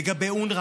לגבי אונר"א,